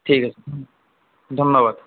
ঠিক আছে ধন্যবাদ